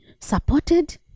supported